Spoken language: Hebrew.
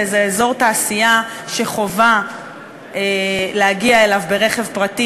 באיזה אזור תעשייה שחובה להגיע אליו ברכב פרטי,